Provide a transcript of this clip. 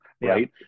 right